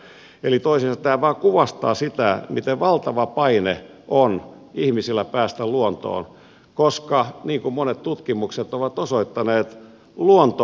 toisin sanoen tämä vain kuvastaa sitä miten valtava paine on ihmisillä päästä luontoon koska niin kuin monet tutkimukset ovat osoittaneet luonto onnellistuttaa ihmisiä